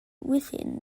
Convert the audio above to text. within